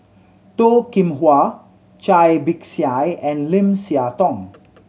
Toh Kim Hwa Cai Bixia and Lim Siah Tong